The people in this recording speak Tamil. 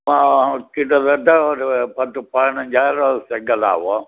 கிட்டத்தட்ட ஒரு பத்து பதினஞ்சு ஆயருவா செங்கல் ஆவும்